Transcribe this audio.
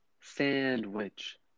sandwich